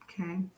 Okay